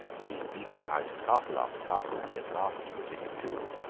being beaten out of castle after castle, he at last submitted too,